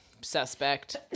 suspect